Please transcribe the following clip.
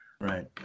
Right